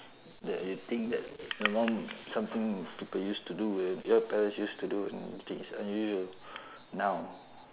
that you think that your mum something people used to do when your parents used to do when is unusual now